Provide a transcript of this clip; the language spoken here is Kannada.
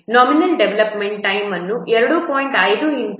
ನಾಮಿನಲ್ ಡೆವಲಪ್ಮೆಂಟ್ ಟೈಮ್ ಅನ್ನು 2